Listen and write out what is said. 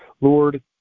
Lord